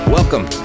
Welcome